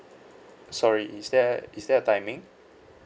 sorry is there is there a timing